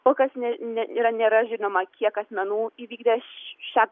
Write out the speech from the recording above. kol kas ne ne yra nėra žinoma kiek asmenų įvykdė šią